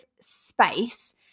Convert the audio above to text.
space